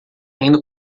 indo